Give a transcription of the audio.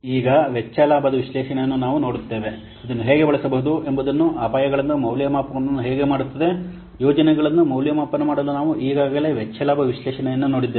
ಈಗ ವೆಚ್ಚದ ಲಾಭದ ವಿಶ್ಲೇಷಣೆಯನ್ನು ನಾವು ನೋಡುತ್ತೇವೆ ಇದನ್ನು ಹೇಗೆ ಬಳಸಬಹುದು ಎಂಬುದನ್ನು ಅಪಾಯಗಳನ್ನು ಮೌಲ್ಯಮಾಪನವನ್ನು ಹೇಗೆ ಮಾಡುತ್ತದೆ ಯೋಜನೆಗಳನ್ನು ಮೌಲ್ಯಮಾಪನ ಮಾಡಲು ನಾವು ಈಗಾಗಲೇ ವೆಚ್ಚ ಲಾಭದ ವಿಶ್ಲೇಷಣೆಯನ್ನು ನೋಡಿದ್ದೇವೆ